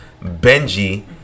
Benji